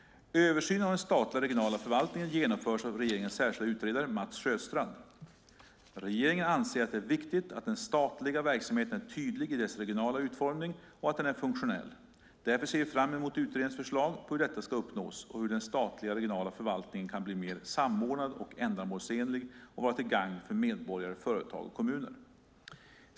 Översynen av den statliga regionala förvaltningen genomförs av regeringens särskilde utredare Mats Sjöstrand. Regeringen anser att det är viktigt att den statliga verksamheten är tydlig i sin regionala utformning och att den är funktionell. Därför ser vi fram emot utredningens förslag på hur detta ska uppnås och hur den statliga regionala förvaltningen kan bli mer samordnad och ändamålsenlig och vara till gagn för medborgare, företag och kommuner.